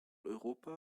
europa